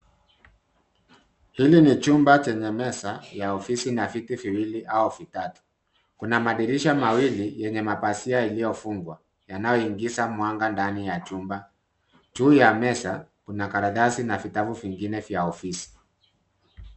Hili ni chumba chenye meza ya ofisi na viti viwili au vitatu. Kuna madirisha mawili yenye mapazia iliyofungwa yanayoingiza mwanga ndani ya chumba. Juu ya meza kuna karatasi na vitabu vingine vya ofisi.